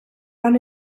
run